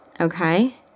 okay